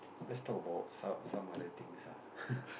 let's talk about some some other things ah